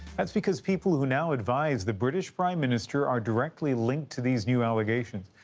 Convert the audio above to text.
that's because people who now advise the british prime minister are directly linked to these new allegations.